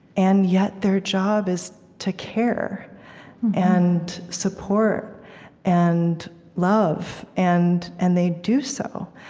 and yet, their job is to care and support and love, and and they do so.